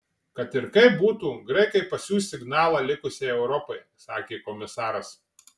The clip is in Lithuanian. kad ir kaip būtų graikai pasiųs signalą likusiai europai sakė komisaras